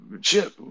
chip